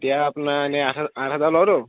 এতিয়া আপোনাৰ এনেই আঠ আঠ হেজাৰ লয়তো